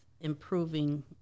improving